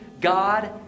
God